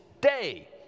day